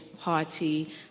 party